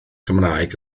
cymraeg